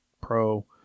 pro